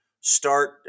start